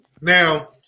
Now